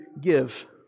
give